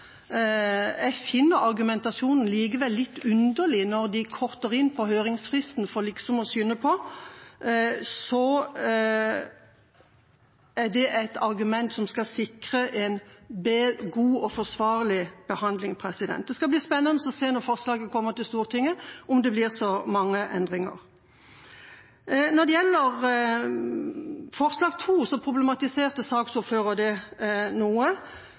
Jeg finner likevel argumentasjonen litt underlig, at når de korter inn på høringsfristen for liksom å skynde på, så er det et argument for å sikre en god og forsvarlig behandling. Det skal bli spennende å se når forslaget kommer til Stortinget, om det blir så mange endringer. Når det gjelder forslag nr. 2, problematiserte saksordføreren det noe.